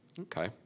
Okay